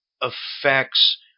affects